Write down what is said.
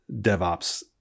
DevOps